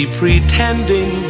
pretending